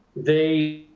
they